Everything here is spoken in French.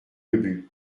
ubu